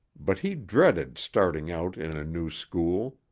but he dreaded starting out in a new school.